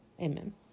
Amen